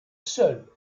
seule